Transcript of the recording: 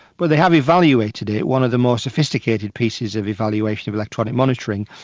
but they have evaluated it. one of the more sophisticated pieces of evaluation of electronic monitoring.